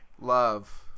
Love